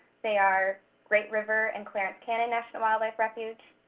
they are great river and clarence cannon national wildlife refuge,